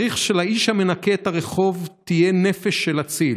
צריך שלאיש המנקה את הרחוב תהיה נפש של אציל,